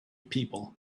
people